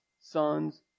Son's